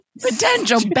potential